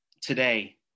today